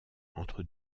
entre